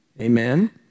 Amen